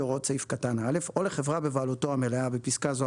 הוראות סעיף קטן (א) או לחברה בבעלותו המלאה (בפסקה זו,